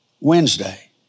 Wednesday